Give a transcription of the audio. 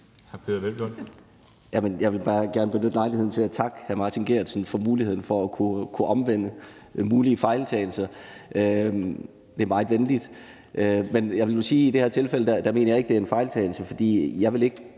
Jeg vil gerne benytte lejligheden til at takke hr. Martin Geertsen for muligheden for at kunne lave om på mulige fejltagelser. Det er meget venligt. Men jeg vil nu sige, at i det her tilfælde mener jeg ikke, det er en fejltagelse, for jeg vil ikke